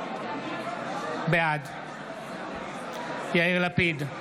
בעד יאיר לפיד,